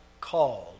called